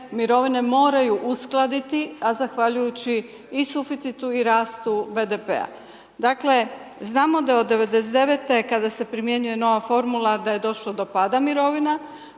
mirovine moraju uskladiti, a zahvaljujući i suficiti i rastu BDP-a. Znamo dao od '99. kada se primjenjuje nova formula da je došlo do pada mirovina,